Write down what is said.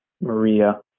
Maria